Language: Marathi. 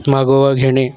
मागोवा घेणे